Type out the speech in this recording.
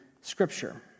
Scripture